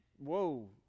Whoa